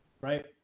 right